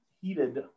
heated